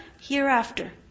hereafter